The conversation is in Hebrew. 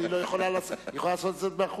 אבל היא יכולה לעשות את זה בחוץ.